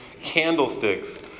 candlesticks